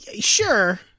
Sure